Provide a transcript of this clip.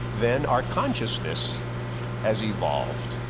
then our consciousness has evolved.